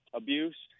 abuse